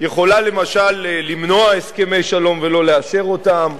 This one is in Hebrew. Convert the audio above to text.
יכולה למשל למנוע הסכמי שלום ולא לאשר אותם,